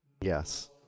Yes